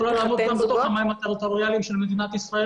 היא יכולה לעמוד גם בתוך המים הטריטוריאליים של מדינת ישראל,